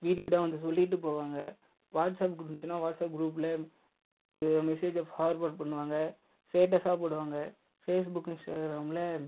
வீடு வீடாக வந்து சொல்லிட்டுப் போவாங்க வாட்ஸாப் இருந்துச்சுனா வாட்ஸாப் குரூப்பில் து மெஸ்ஸேஜில் ஃபார்வர்டு பண்ணுவாங்க ஸ்டேட்டஸ்ஸாக போடுவாங்க ஃபேஸ்புக் இன்ஸ்டாகிராமில்